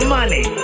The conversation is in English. Money